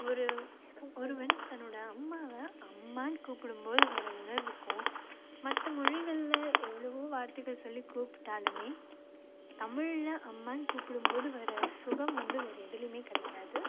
ஒரு ஒருவன் தன்னோடய அம்மாவை அம்மான்னு கூப்பிடும்போது வர உணர்வுக்கும் மற்ற மொழிகளில் எவ்வளவோ வார்த்தைகள் சொல்லிக் கூப்பிட்டாலுமே தமிழில் அம்மான்னு கூப்பிடும்போது வர சுகம் வந்து வேறு எதுலேயுமே கிடைக்காது